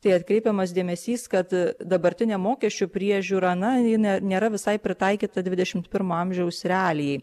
tai atkreipiamas dėmesys kad dabartinė mokesčių priežiūra na ji ne nėra visai pritaikyta dvidešimt pirmo amžiaus realijai